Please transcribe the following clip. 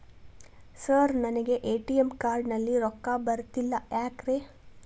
Sir ನನಗೆ ATM card ನಲ್ಲಿ ರೊಕ್ಕ ಬರತಿಲ್ಲ ಯಾಕ್ರೇ?